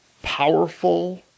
powerful